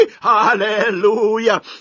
Hallelujah